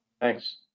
thanks